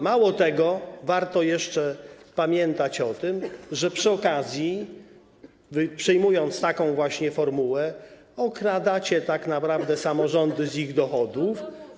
Mało tego, warto jeszcze pamiętać o tym, że wy przy okazji, przyjmując taką właśnie formułę, okradacie tak naprawdę samorządy z ich dochodów.